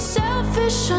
selfish